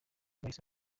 bahise